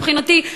מבחינתי,